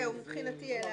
זהו, מבחינתי אלה